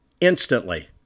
Instantly